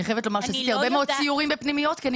אני חייבת לומר שעשיתי הרבה מאוד סיורים בפנימיות כי אני